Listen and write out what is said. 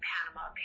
Panama